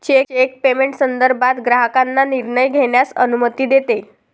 check payment संदर्भात ग्राहकांना निर्णय घेण्यास अनुमती देते